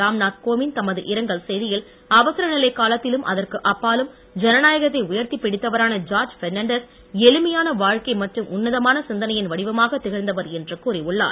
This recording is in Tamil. ராம்நாத் கோவிந்த் தமது இரங்கள் செய்தியில் அவசரநிலைக் காலத்திலும் அதற்கு அப்பாலும் ஜனநாயகத்தை உயர்த்திப் பிடித்தவரான ஜார்ஜ் பெர்னான்டஸ் எளிமையான வாழ்க்கை மற்றும் உன்னதமான சிந்தனையின் வடிவமாகத் திகழ்ந்தவர் என்று கூறியுள்ளார்